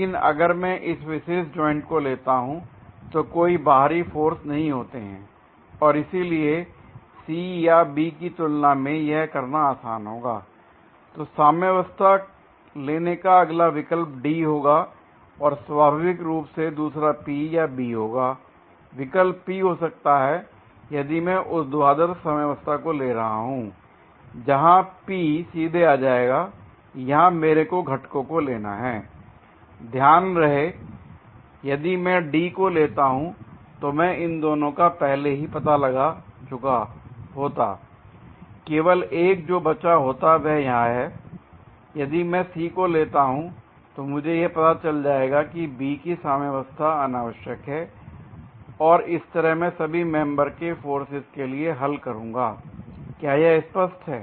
लेकिन अगर मैं इस विशेष जॉइंट को लेता हूं तो कोई बाहरी फोर्स नहीं होते हैं और इसलिए C या B की तुलना में यह करना आसान होगा l तो साम्यावस्था लेने का अगला विकल्प D होगा और स्वभाविक रूप से दूसरा P या B होगा विकल्प P हो सकता है यदि मैं ऊर्ध्वाधर साम्यवस्था को ले रहा हूं जहां P सीधे आ जाएगा यहां मेरे को घटकों को लेना है l ध्यान रहे यदि मैं D को लेता हूं तो मैं इन दोनों का पहले ही पता लगा चुका होता केवल एक जो बचा होता वह यहां है और यदि मैं C को लेता हूं मुझे यह पता चल जाएगा कि B की साम्यवस्था अनावश्यक है और इस तरह में सभी मेंबर के फोर्सेज के लिए हल करूंगा l क्या यह स्पष्ट है